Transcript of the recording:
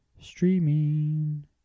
Streaming